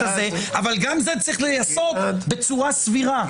אבל גם זה צריך להיעשות בצורה סבירה,